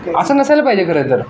असं नसायला पाहिजे खरं तर